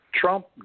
Trump